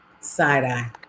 side-eye